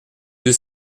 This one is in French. deux